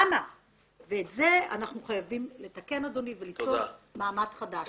את זה אנחנו חייבים לתקן, אדוני, וליצור מעמד חדש.